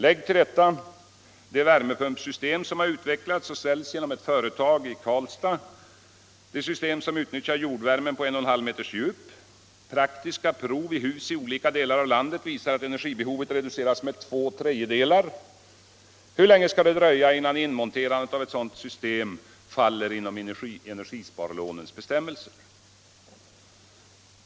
Lägg till detta det värmepumpsystem som har utvecklats och som säljs genom ett företag i Karlstad och det system som utnyttjar jordvärmen på 1,5 meters djup — praktiska prov i hus i olika delar av landet visar att energibehovet reduceras med två tredjedelar. Hur länge skall det dröja innan inmontering av ett sådant system faller inom energisparlånens bestämmelser?